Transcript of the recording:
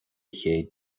chéad